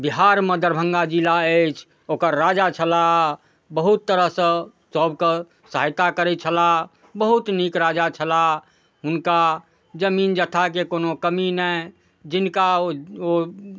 बिहारमे दरभङ्गा जिला अछि ओकर राजा छलाह बहुत तरहसँ सबके सहायता करै छलाह बहुत नीक राजा छलाह हुनका जमीन जथाके कोनो कमी नहि जिनका ओ